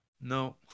No